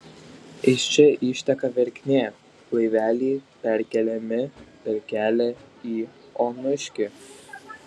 iš čia išteka verknė laiveliai perkeliami per kelią į onuškį